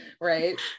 right